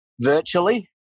virtually